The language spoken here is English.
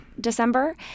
december